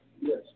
Yes